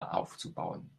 aufzubauen